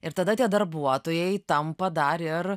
ir tada tie darbuotojai tampa dar ir